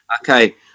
Okay